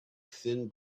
thin